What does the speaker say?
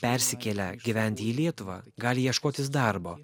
persikėlę gyventi į lietuvą gali ieškotis darbo